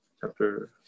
chapter